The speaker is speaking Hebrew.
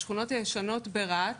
השכונות הישנות ברהט.